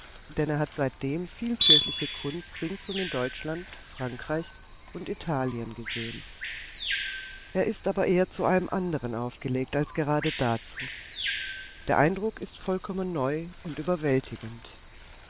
denn er hat seitdem viel kirchliche kunst ringsum in deutschland frankreich und italien gesehen er ist aber eher zu allem anderen aufgelegt als gerade dazu der eindruck ist vollkommen neu und überwältigend